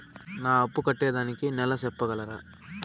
నా అప్పు కట్టేదానికి నెల సెప్పగలరా?